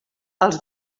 els